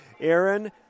Aaron